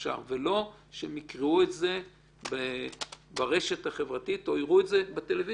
ולא שהם יקראו את זה ברשת החברתית או יראו את זה בטלוויזיה,